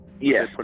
Yes